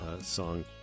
song